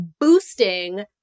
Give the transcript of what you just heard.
boosting